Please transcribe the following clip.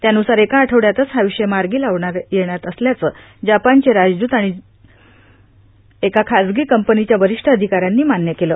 त्यानुसार एका आठवड्यातच हा विषय मार्गी लावण्यात येणार असल्याचं जपानचे राजदूत आणि जायका कंपनीच्या वरिष्ठ अधिकाऱ्यांनी मान्य केलं